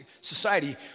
society